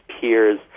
peers